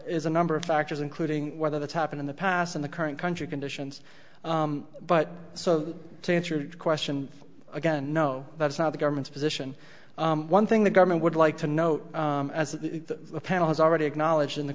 is a number of factors including whether that's happened in the past in the current country conditions but so to answer that question again no that's not the government's position one thing the government would like to know as the panel has already acknowledged in the